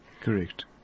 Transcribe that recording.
Correct